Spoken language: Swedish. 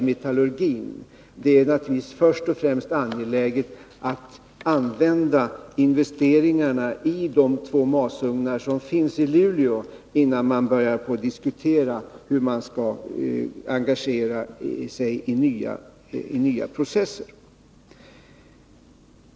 Det är givetvis angeläget att först och främst använda investeringarna i de två masugnar som finns i Luleå innan man börjar diskutera hur man skall engagera sig i nya processer.